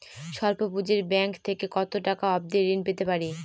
স্বল্প পুঁজির ব্যাংক থেকে কত টাকা অবধি ঋণ পেতে পারি?